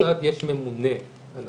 בכל מוסד יש ממונה על